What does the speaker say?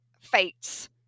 fates